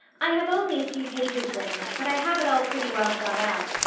i have only a few pages written, but i have it all pretty well thought out.